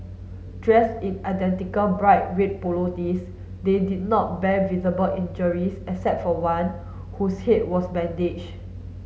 dressed in identical bright red polo tees they did not bear visible injuries except for one whose head was bandaged